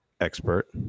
expert